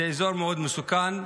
זה אזור מאוד מסוכן,